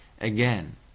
Again